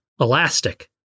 elastic